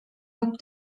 yok